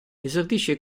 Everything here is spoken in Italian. esordisce